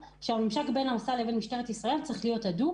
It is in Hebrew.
הממשק בין המוסדות לבין משטרת ישראל צריך להיות הדוק